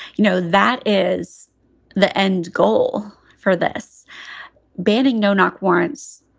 you know, that is the end goal for this banding. no knock warrants.